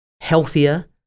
healthier